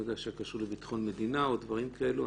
שקשור לביטחון המדינה או דברים כאלה.